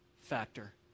factor